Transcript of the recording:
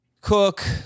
Cook